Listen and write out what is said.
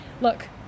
Look